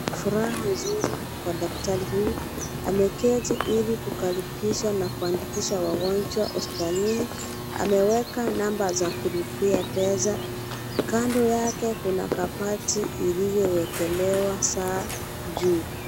Furaha usoni kwa daktari huyu ameketi ili kukaribisha na kuandikisha wagonjwa hospitalini, ameweka namba za kulipia pesa, kando yake kuna kabati iliyowekelewa saa juu.